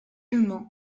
humain